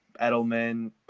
Edelman